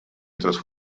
otros